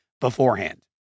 beforehand